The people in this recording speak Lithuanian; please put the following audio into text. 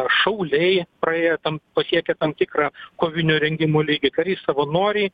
šauliai praėję tam pasiekę tam tikrą kovinio rengimo lygį kariai savanoriai